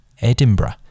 edinburgh